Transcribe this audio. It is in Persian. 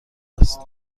است